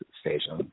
station